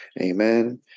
amen